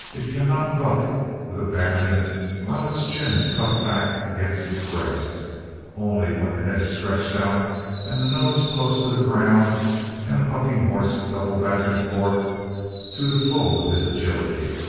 it cannot buck with abandon while its chin is tucked back against its breast only when the head is stretched out and the nose close to the ground can a bucking horse double back and forth to the full of his agility,